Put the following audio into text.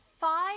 five